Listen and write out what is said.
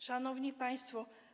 Szanowni Państwo!